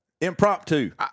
impromptu